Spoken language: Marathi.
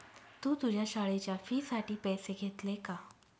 तू तुझ्या शाळेच्या फी साठी पैसे घेतले का?